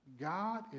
God